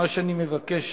מה שאני מבקש,